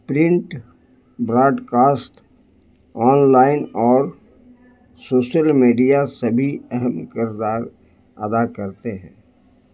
print broadcast online اور social media سبھی اہم کردار ادا کرتے ہیں